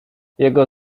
jego